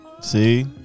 See